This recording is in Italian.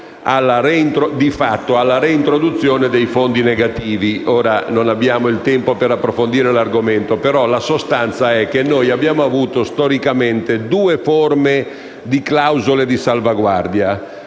alla reintroduzione dei fondi negativi. Non abbiamo il tempo per approfondire l'argomento, ma la sostanza è che storicamente abbiamo avuto due forme di clausole di salvaguardia